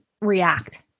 react